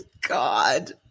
God